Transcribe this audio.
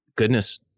goodness